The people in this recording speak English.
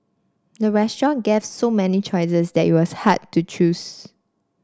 the restaurant gave so many choices that it was hard to choose